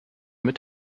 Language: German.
mit